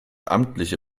amtliche